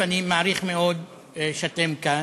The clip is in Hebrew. אני מעריך מאוד את זה שאתם כאן.